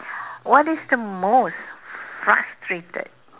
what is the most frustrated